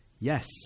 Yes